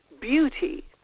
Beauty